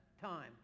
time